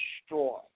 destroy